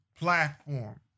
platform